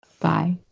Bye